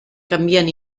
canvien